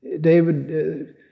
David